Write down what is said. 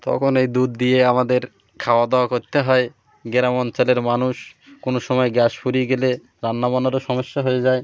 তখন এই দুধ দিয়ে আমাদের খাওয়া দাওয়া কোত্তে হয় গ্রাম অঞ্চলের মানুষ কোনো সময় গ্যাস ফুরিয়ে গেলে রান্না বানারও সমস্যা হয়ে যায়